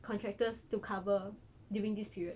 contractors to cover during this period